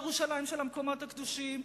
ירושלים של המקומות הקדושים,